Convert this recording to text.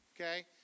okay